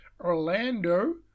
Orlando